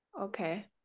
Okay